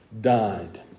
died